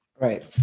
right